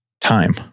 time